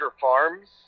farms